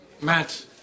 matt